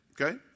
okay